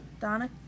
Donna